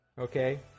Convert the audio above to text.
Okay